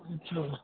اچھا